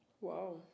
Wow